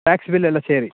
tax bill ಎಲ್ಲ ಸೇರಿ